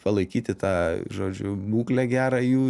palaikyti tą žodžiu būklę gerą jų